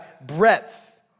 breadth